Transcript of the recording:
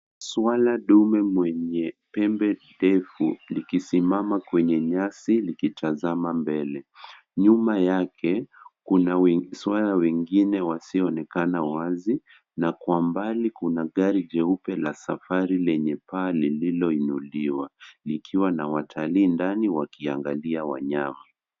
Swala ndume mwenye pembe ndefu likisimama kwenye nyasi likitazama mbele. Nyuma yake kuna swala wengine wasionekana wazi na kwa mbali kuna gari jeupe la safari lenye paa lililoinuliwa likiwa na watalii ndani wakiangalia wanyama.